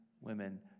women